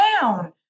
down